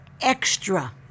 extra